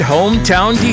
Hometown